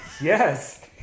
Yes